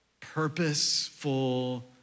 purposeful